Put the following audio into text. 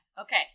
Okay